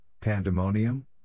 Pandemonium